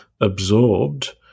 absorbed –